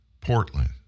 Portland